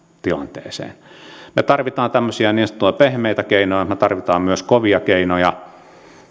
tilanteeseen me tarvitsemme tämmöisiä niin sanottuja pehmeitä keinoja me tarvitsemme myös kovia keinoja